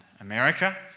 America